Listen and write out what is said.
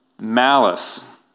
malice